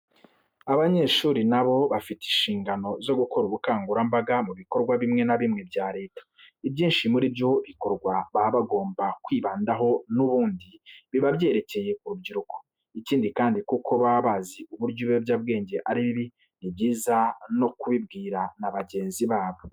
Abanyeshuri na bo bafite inshingano zo gukora ubukangurambaga mu bikorwa bimwe na bimwe bya Leta. Ibyinshi muri byo bikorwa baba bagomba kwibandaho n'ubundi, biba byerekeye ku rubyiruko. Ikindi kandi kuko baba bazi uburyo ibiyobyabwenge ari bibi, ni byiza no kubibwira na bagenzi babo.